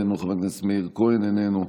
איננו,